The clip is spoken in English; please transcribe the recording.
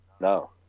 No